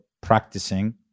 practicing